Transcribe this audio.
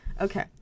okay